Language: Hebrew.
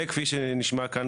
וכפי שנשמע כאן,